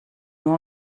nur